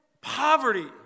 poverty